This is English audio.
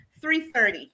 3.30